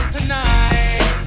Tonight